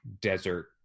desert